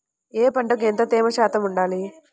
ఏ పంటకు ఎంత తేమ శాతం ఉండాలి?